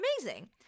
amazing